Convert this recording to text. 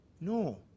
no